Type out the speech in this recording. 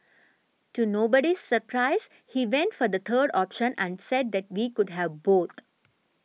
to nobody's surprise he went for the third option and said that we could have both